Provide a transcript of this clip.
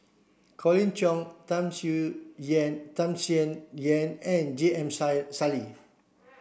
Colin Cheong Tham Yen Tham Sien Yen and J M Sali